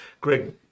Greg